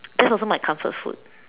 that's also my comfort food